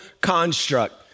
construct